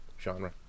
genre